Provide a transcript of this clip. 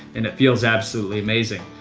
and it feels absolutely amazing.